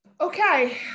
Okay